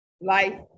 life